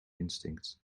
instincts